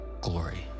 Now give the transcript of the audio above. glory